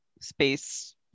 space